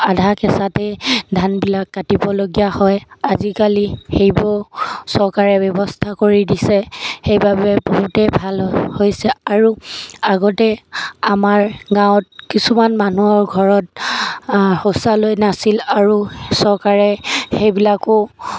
আধা কেঁচাতেই ধানবিলাক কাটিবলগীয়া হয় আজিকালি সেইবোৰ চৰকাৰে ব্যৱস্থা কৰি দিছে সেইবাবে বহুতে ভাল হৈছে আৰু আগতে আমাৰ গাঁৱত কিছুমান মানুহৰ ঘৰত শৌচালয় নাছিল আৰু চৰকাৰে সেইবিলাকো